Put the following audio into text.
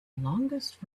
longest